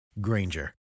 Granger